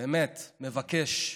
באמת מבקש,